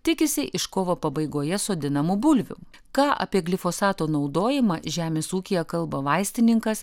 tikisi iš kovo pabaigoje sodinamų bulvių ką apie glifosato naudojimą žemės ūkyje kalba vaistininkas